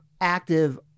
active